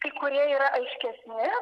kai kurie yra aiškesni